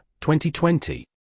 2020